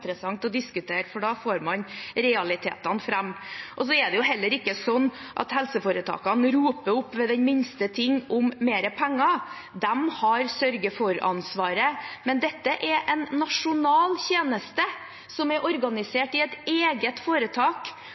å diskutere, for da får man fram realitetene. Det er heller ikke slik at helseforetakene roper ut om mer penger ved den minste ting. De har sørge-for-ansvaret, men dette er en nasjonal tjeneste som er organisert i et eget foretak,